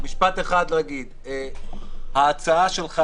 ההצעה שלך,